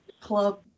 club